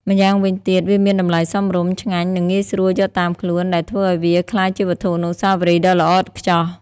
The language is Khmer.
ម្យ៉ាងវិញទៀត វាមានតម្លៃសមរម្យ ឆ្ងាញ់ និងងាយស្រួលយកតាមខ្លួន ដែលធ្វើឱ្យវាក្លាយជាវត្ថុអនុស្សាវរីយ៍ដ៏ល្អឥតខ្ចោះ។